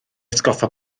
atgoffa